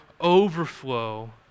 overflow